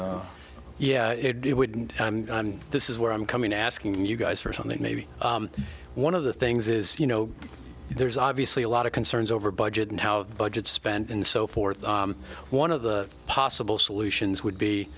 that yeah it wouldn't this is where i'm coming asking you guys for something maybe one of the things is you know there's obviously a lot of concerns over budget and how budgets spend and so forth one of the possible solutions would be